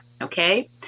okay